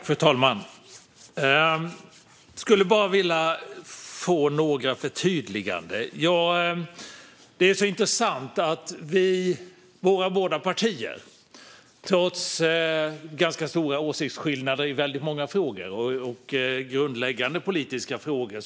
Fru talman! Jag skulle vilja få några förtydliganden. Våra båda partier har ganska stora åsiktsskillnader i väldigt många frågor, även i grundläggande politiska frågor.